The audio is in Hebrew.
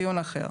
כן, לדיון אחר.